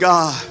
God